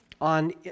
on